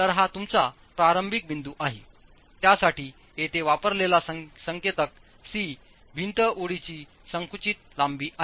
तर हातुमचाप्रारंभिक बिंदू आहे त्यासाठी येथे वापरलेला संकेतक c भिंत ओळीची संकुचित लांबी आहे